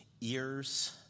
ears